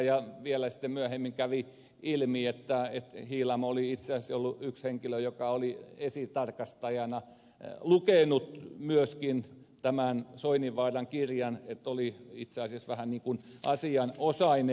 ja vielä sitten myöhemmin kävi ilmi että hiilamo oli itse asiassa ollut yksi henkilö joka oli esitarkastajana lukenut tämän soininvaaran kirjan että oli itse asiassa vähän ikään kuin asianosainen